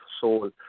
soul